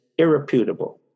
irreputable